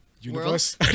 universe